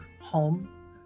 home